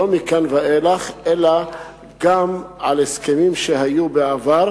לא מכאן ואילך, אלא גם על הסכמים שהיו בעבר.